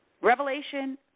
Revelation